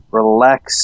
relax